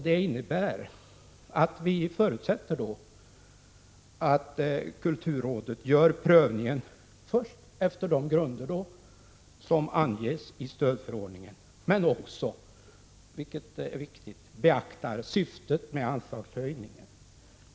Det innebär att vi förutsätter att kulturrådet gör prövningen på de grunder som anges i stödförordningen men också — vilket är viktigt — beaktar syftet med anslagshöjningen.